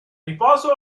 riposo